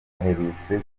aherutse